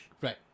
Right